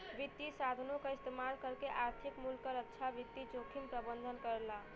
वित्तीय साधनों क इस्तेमाल करके आर्थिक मूल्य क रक्षा वित्तीय जोखिम प्रबंधन करला